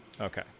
Okay